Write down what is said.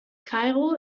kairo